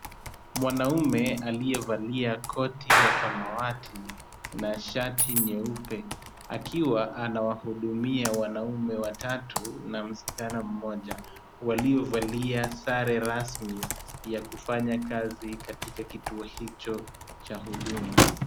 Mwanaume aliyevalia koti ya samawati na shati nyeupe akiwa anawahudumia wanaume watatu na msichana mmoja, waliovalia sare rasmi ya kufanya kazi katika kituo hicho cha huduma.